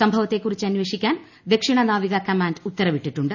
സംഭവത്തെ കുറിച്ച് അന്വേഷിക്കാൻ ദക്ഷിണ നാവിക കമാന്റ് ഉത്തരവിട്ടിട്ടുണ്ട്